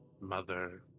mother